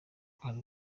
hari